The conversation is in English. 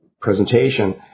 presentation